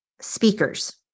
speakers